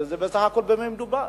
ובסך הכול במה מדובר?